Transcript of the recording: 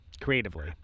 creatively